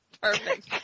Perfect